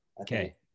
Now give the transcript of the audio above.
Okay